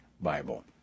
bible